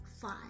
five